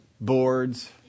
boards